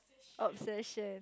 obsession